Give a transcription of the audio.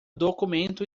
documento